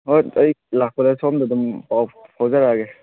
ꯍꯣꯏ ꯑꯩ ꯂꯥꯛꯄꯗ ꯁꯣꯝꯗ ꯑꯗꯨꯝ ꯄꯥꯎ ꯐꯥꯎꯖꯔꯛꯑꯒꯦ